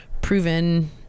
proven